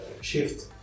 shift